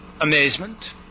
Amazement